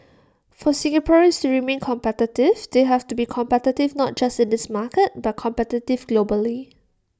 for Singaporeans to remain competitive they have to be competitive not just in this market but competitive globally